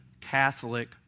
Catholic